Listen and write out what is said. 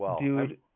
Dude